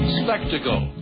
spectacle